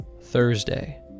Thursday